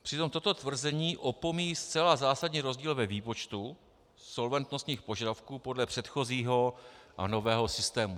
Přitom toto tvrzení opomíjí zcela zásadně rozdíl ve výpočtu solventnostních požadavků podle předchozího a nového systému.